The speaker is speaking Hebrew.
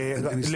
למתכון.